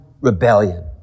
rebellion